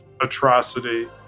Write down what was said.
atrocity